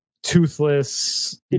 toothless